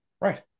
Right